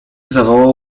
zawołał